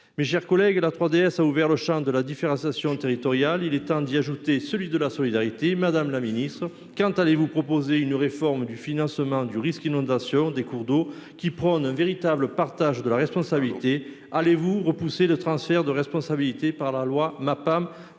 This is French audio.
horizontale. La loi 3DS, a ouvert le champ de la différenciation territoriale. Il est temps d'y ajouter celui de la solidarité. Madame la ministre, quand allez-vous proposer une réforme du financement du risque d'inondation lié aux cours d'eau prévoyant un véritable partage de la responsabilité ? Comptez-vous repousser le transfert de responsabilité prévu pour